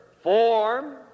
form